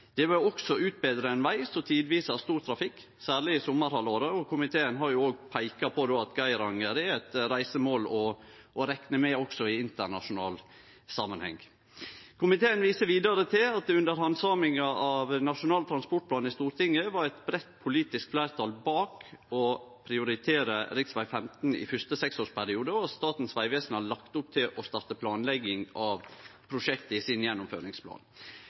Det vil også utbetre ein veg som tidvis har stor trafikk, særleg i sommarhalvåret, og komiteen har då også peika på at Geiranger er eit reisemål å rekne med også i internasjonal samanheng. Komiteen viser vidare til at det under handsaminga av Nasjonal transportplan i Stortinget var eit breitt politisk fleirtal bak å prioritere rv. 15 i første seksårsperiode, og at Statens Vegvesen har lagt opp til å starte planlegging av prosjektet i sin gjennomføringsplan.